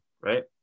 right